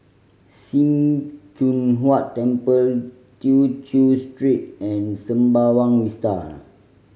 Sim Choon Huat Temple Tew Chew Street and Sembawang Vista